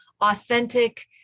authentic